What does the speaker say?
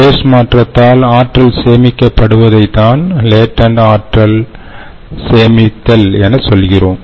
face மாற்றத்தால் ஆற்றல் சேமிக்கப்படுவதைத்தான் லேடண்ட் ஆற்றல் சேமித்தல் என சொல்கிறோம்